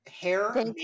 hair